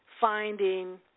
finding